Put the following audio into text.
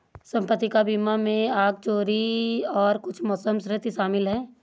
संपत्ति का बीमा में आग, चोरी और कुछ मौसम क्षति शामिल है